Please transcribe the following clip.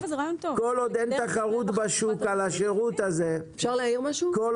כל עוד אין תחרות בשוק על השירות הזה במצב